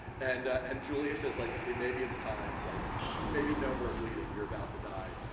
and and julius is like okay maybe it's time, like maybe no more bleeding. you're about to die.